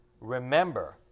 remember